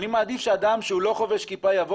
אני מעדיף שאדם שהוא לא חובש כיפה יבוא